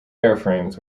airframes